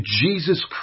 Jesus